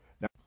Now